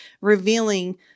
revealing